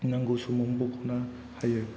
नांगौ समाव बख'नो हायो